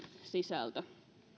sisältö